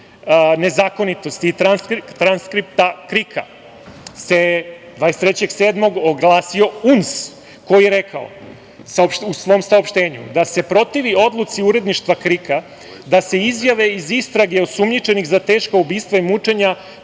nezakonitosti i transkripta KRIK-a se 23. jula oglasio UMS koji je rekao u svom saopštenju da se protivi odluci uredništva KRIK-a, da se izjave iz istrage osumnjičenih za teška ubistva i mučenja